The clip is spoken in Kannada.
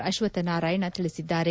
ಅಶ್ವಥ ನಾರಾಯಣ ತಿಳಿಸಿದ್ದಾರೆ